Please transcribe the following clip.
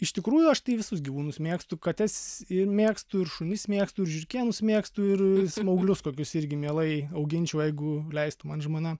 iš tikrųjų aš tai visus gyvūnus mėgstu kates ir mėgstu ir šunis mėgstu ir žiurkėnus mėgstu ir smauglius kokius irgi mielai auginčiau jeigu leistų man žmona